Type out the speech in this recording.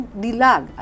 dilag